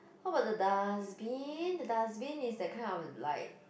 how about the dustbin the dustbin is that kind of like